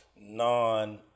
non